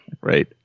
Right